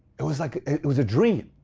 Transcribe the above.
it was like it was a dream.